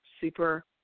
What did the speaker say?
super